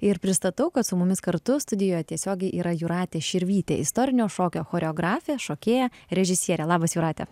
ir pristatau kas su mumis kartu studijoje tiesiogiai yra jūratė širvytė istorinio šokio choreografė šokėja režisierė labas jūrate